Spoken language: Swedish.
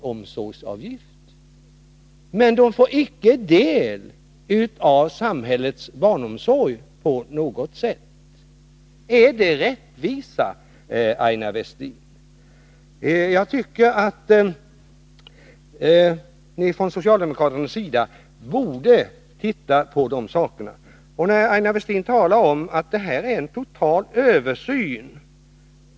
Trots detta är det väldigt många av dessa som i sin egenskap av föräldrar inte får barnomsorg på något sätt. Är det rättvisa, Aina Westin? Ni borde från socialdemokratisk sida titta på dessa frågor. Aina Westin talade om att det här rör sig om en total översyn.